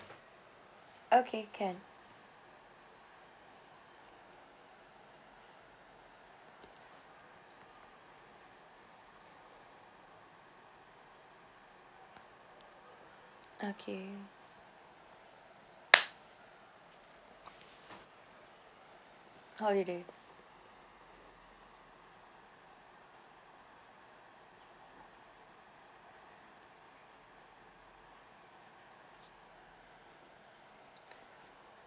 okay can okay holiday